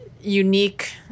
unique